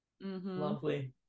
Lovely